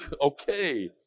okay